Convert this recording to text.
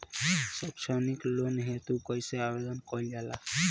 सैक्षणिक लोन हेतु कइसे आवेदन कइल जाला?